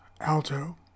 alto